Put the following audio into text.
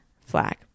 flag